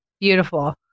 beautiful